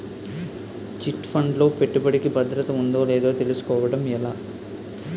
Chit fund లో పెట్టుబడికి భద్రత ఉందో లేదో తెలుసుకోవటం ఎలా?